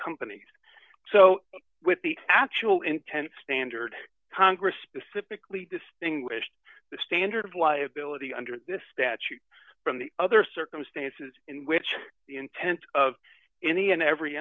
companies so with the actual intent standard congress specifically distinguished the standard of liability under this statute from the other circumstances in which the intent of any and every